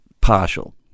partial